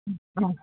অঁ